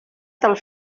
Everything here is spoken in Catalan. del